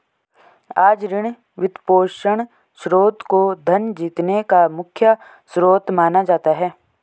आज ऋण, वित्तपोषण स्रोत को धन जीतने का मुख्य स्रोत माना जाता है